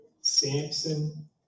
samson